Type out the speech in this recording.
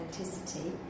authenticity